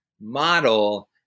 model